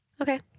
Okay